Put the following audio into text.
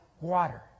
water